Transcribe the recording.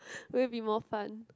would it be more fun